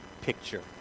picture